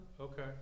Okay